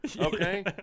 Okay